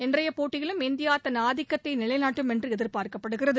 இன்றைய போட்டியிலும் இந்தியா தன் ஆதிக்கத்தை நிலைநாட்டும் என்று எதிர்பார்க்கப்படுகிறது